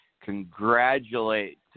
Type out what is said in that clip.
congratulate